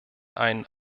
einen